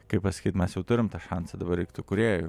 kaip pasakyt mes jau turim tą šansą dabar reik tų kūrėjų